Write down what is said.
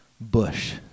bush